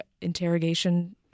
interrogation